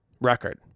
record